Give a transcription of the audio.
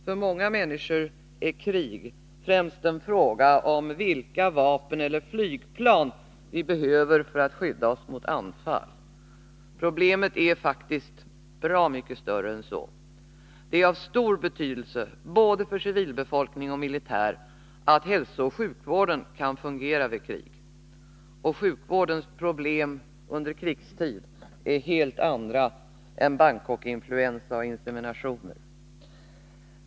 För många människor är krig främst en fråga om vilka vapen eller flygplan vi behöver för att skydda oss mot anfall. Problemet är faktiskt bra mycket större. Det är av stor betydelse för både civilbefolkning och militär att hälsooch sjukvården kan fungera vid krig. Och sjukvårdens problem under krigstid är helt andra än Bangkokinfluensa och inseminationer.